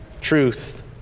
truth